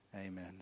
Amen